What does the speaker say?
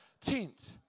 tent